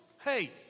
hey